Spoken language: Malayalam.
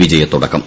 വിജയത്തുടക്കം